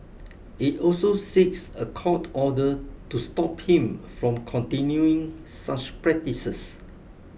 it also seeks a court order to stop him from continuing such practices